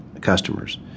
customers